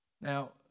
Now